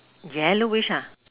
yellowish ah